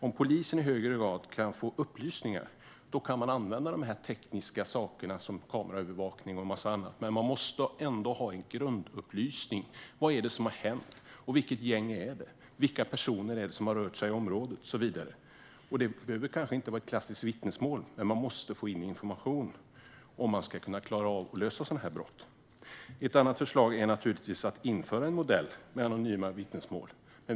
Om polisen i högre grad kan få upplysningar kan man använda tekniska saker som kameraövervakning och en massa annat, men man måste ändå ha grundupplysningar - vad som har hänt, vilket gäng det är, vilka personer som har rört sig i området och så vidare. Det behöver kanske inte vara ett klassiskt vittnesmål, men man måste få in information om man ska klara av att lösa sådana här brott. Ett annat förslag är att införa en modell med anonyma vittnesmål.